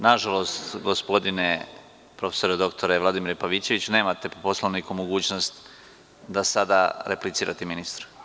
Nažalost, gospodine profesore dr Vladimire Pavićeviću, nemate po Poslovniku mogućnost da sada replicirate ministru.